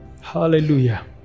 Hallelujah